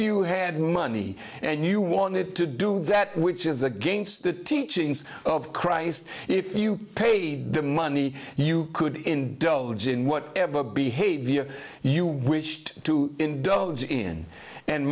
you had money and you wanted to do that which is against the teachings of christ if you paid the money you could indulge in whatever behavior you wished to indulge in and